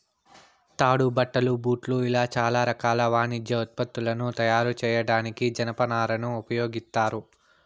తాడు, బట్టలు, బూట్లు ఇలా చానా రకాల వాణిజ్య ఉత్పత్తులను తయారు చేయడానికి జనపనారను ఉపయోగిత్తారు